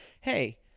hey